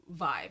vibe